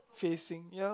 facing ya